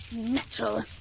natural.